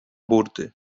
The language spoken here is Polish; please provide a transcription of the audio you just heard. burty